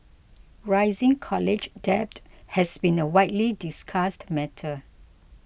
rising college debt has been a widely discussed matter